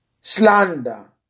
slander